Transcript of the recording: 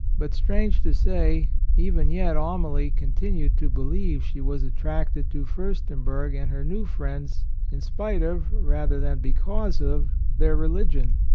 but, strange to say, even yet amalie continued to believe she was attracted to fiirstenberg and her new friends in spite of, rather than because of, their religion.